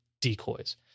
decoys